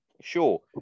Sure